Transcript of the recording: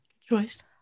Choice